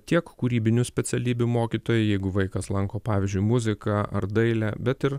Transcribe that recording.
tiek kūrybinių specialybių mokytojai jeigu vaikas lanko pavyzdžiui muziką ar dailę bet ir